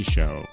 Show